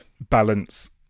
balance